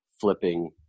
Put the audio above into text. flipping